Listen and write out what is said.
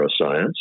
neuroscience